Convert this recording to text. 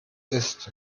ist